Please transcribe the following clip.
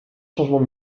changement